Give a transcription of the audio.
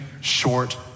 short